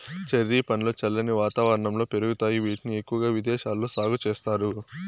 cherry పండ్లు చల్లని వాతావరణంలో పెరుగుతాయి, వీటిని ఎక్కువగా విదేశాలలో సాగు చేస్తారు